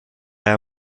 are